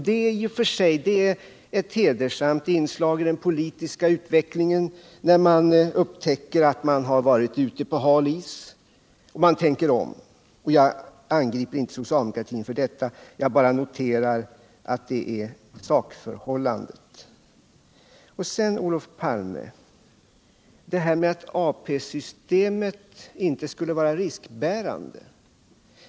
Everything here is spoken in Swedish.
Det är i och för sig ett hedersamt inslag i den politiska utvecklingen att man tänker om när man upptäcker att man varit ute på hal is. Jag angriper heller inte socialdemokratin för detta, utan jag bara noterar sakförhållandet. Sedan, Olof Palme, vill jag ta upp påståendet om att AP-systemet inte skulle vara riskbärande.